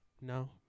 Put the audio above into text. No